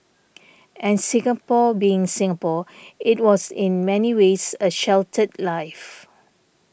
and Singapore being Singapore it was in many ways a sheltered life